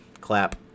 clap